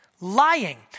Lying